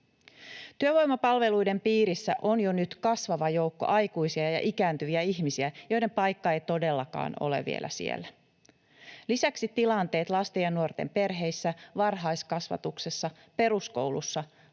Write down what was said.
Työvoimapalveluiden piirissä on jo nyt kasvava joukko aikuisia ja ikääntyviä ihmisiä, joiden paikka ei todellakaan ole vielä siellä. Lisäksi tilanteet lasten ja nuorten perheissä, varhaiskasvatuksessa, peruskoulussa,